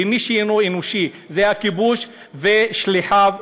ומי שאינו אנושי זה הכיבוש ושליחיו,